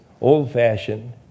old-fashioned